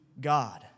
God